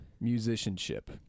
musicianship